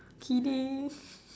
kidding